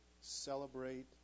celebrate